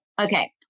okay